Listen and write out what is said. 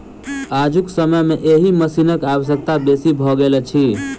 आजुक समय मे एहि मशीनक आवश्यकता बेसी भ गेल अछि